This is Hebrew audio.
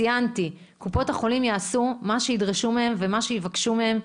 ציינתי - קופות החולים יעשו מה שידרשו מהן ומה שיבקשו מהן,